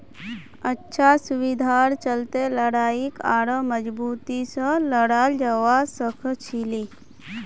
अच्छा सुविधार चलते लड़ाईक आढ़ौ मजबूती से लड़ाल जवा सखछिले